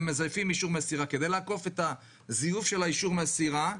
מזייפים אישור מסירה כדי לעקוף את הזיוף של אישור המסירה,